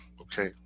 okay